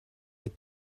est